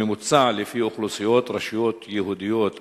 הממוצע לפי אוכלוסיות: רשויות יהודיות,